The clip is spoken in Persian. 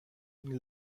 این